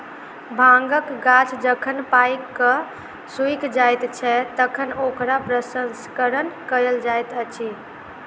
भांगक गाछ जखन पाइक क सुइख जाइत छै, तखन ओकरा प्रसंस्करण कयल जाइत अछि